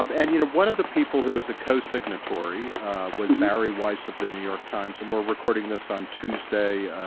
um and you know one of the people who is a co-signatory ah was barry weiss of the new york times and we're recording this on. tuesday.